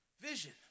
vision